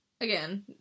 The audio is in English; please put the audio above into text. Again